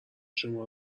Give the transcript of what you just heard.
شما